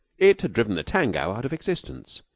it had driven the tango out of existence.